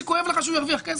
אתה כל הזמן מגלגל את הבניין.